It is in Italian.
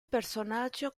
personaggio